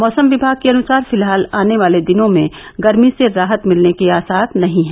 मौसम विभाग के अनुसार फिलहाल आने वाले दिनों में गर्मी से राहत मिलने के आसार नही है